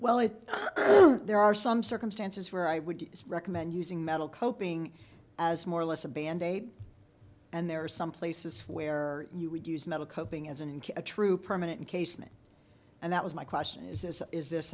well i think there are some circumstances where i would recommend using metal coping as more or less a band aid and there are some places where you would use metal cutting isn't a true permanent casement and that was my question is this is this